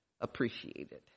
appreciated